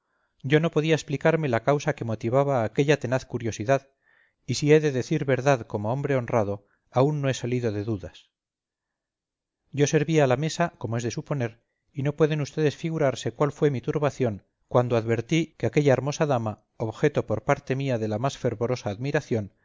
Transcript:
yo no podía explicarme la causa que motivaba aquella tenaz curiosidad y si he decir verdad como hombre honrado aún no he salido de dudas yo servía a la mesa como es de suponer y no pueden ustedes figurarse cuál fue mi turbación cuando advertí que aquella hermosa dama objeto por parte mía de la más fervorosa admiración